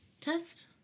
test